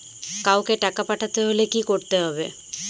কাওকে টাকা পাঠাতে হলে কি করতে হবে?